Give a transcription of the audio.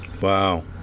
Wow